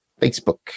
Facebook